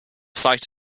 site